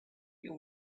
you